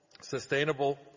Sustainable